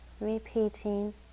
repeating